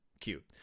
Cute